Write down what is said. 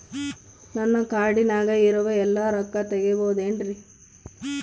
ನನ್ನ ಕಾರ್ಡಿನಾಗ ಇರುವ ಎಲ್ಲಾ ರೊಕ್ಕ ತೆಗೆಯಬಹುದು ಏನ್ರಿ?